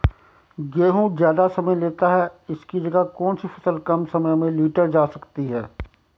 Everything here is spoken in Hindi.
गेहूँ ज़्यादा समय लेता है इसकी जगह कौन सी फसल कम समय में लीटर जा सकती है?